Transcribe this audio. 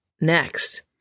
next